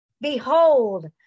Behold